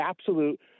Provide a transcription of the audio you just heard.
absolute